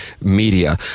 media